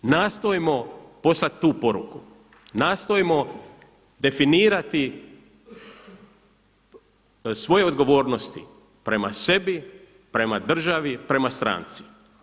Nastojmo poslati tu poruku, nastojmo definirati svoje odgovornosti prema sebi, prema državi, prema stranci.